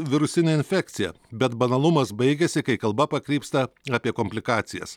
virusinė infekcija bet banalumas baigiasi kai kalba pakrypsta apie komplikacijas